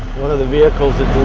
one of the vehicles that